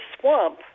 swamp